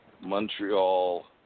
Montreal